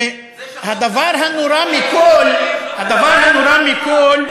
והדבר הנורא מכול,